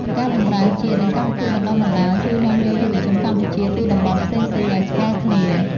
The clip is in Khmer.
ការបម្រើជាតិ និងកម្មវិធីបណ្តុះបណ្តាលជួយនាំយកយុវជនកម្ពុជាពីតំបន់ផ្សេងៗឱ្យស្គាល់គ្នា។